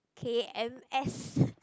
K_N_S